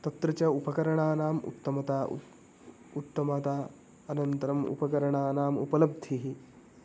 तत्र च उपकरणानाम् उत्तमता उत्तमता अनन्तरम् उपकरणानाम् उपलब्धिः